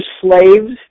slaves